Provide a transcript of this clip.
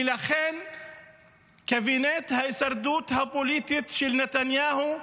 ולכן קבינט ההישרדות הפוליטית של נתניהו,